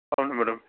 అవును మేడం